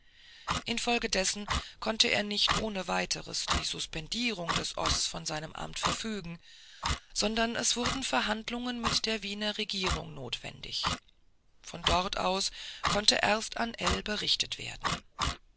infolgedessen konnte er nicht ohne weiteres die suspendierung des oß von seinem amt verfügen sondern es wurden verhandlungen mit der wiener regierung notwendig von dort aus konnte erst an ell berichtet werden